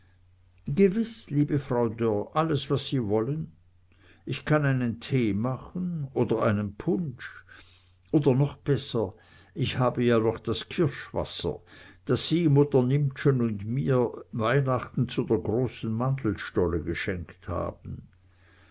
gewiß liebe frau dörr alles was sie wollen ich kann einen tee machen oder einen punsch oder noch besser ich habe ja noch das kirschwasser das sie mutter nimptschen und mir letzten weihnachten zu der großen mandelstolle geschenkt haben